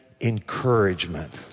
encouragement